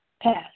Pass